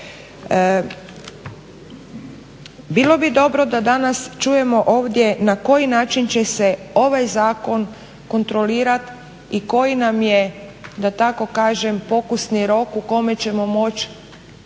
Bilo bi dobro da danas čujemo ovdje na koji način će se ovaj zakon kontrolirat i koji nam je da tako kažem pokusni rok u kome ćemo moći